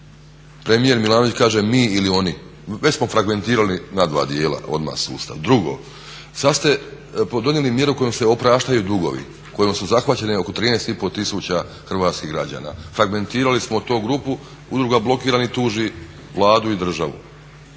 Premijer Milanović mi ili oni, već smo fragmentirali na dva dijela odmah sustav. Drugo, sada ste donijeli mjere kojima se opraštaju dugovi kojima su zahvaćeni oko 13,5 tisuća hrvatskih građana, fragmentirali smo tu grupu, Udruga blokiranih tuži Vladu i državu.